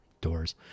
doors